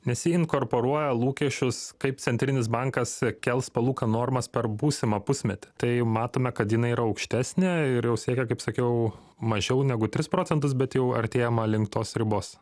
nes ji inkorporuoja lūkesčius kaip centrinis bankas kels palūkanų normas per būsimą pusmetį tai matome kad jinai yra aukštesnė ir jau siekia kaip sakiau mažiau negu tris procentus bet jau artėjama link tos ribos